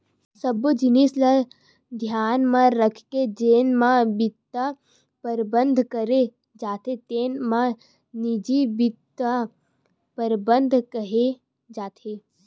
सब्बो जिनिस ल धियान म राखके जेन म बित्त परबंध करे जाथे तेन ल निजी बित्त परबंध केहे जाथे